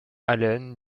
allen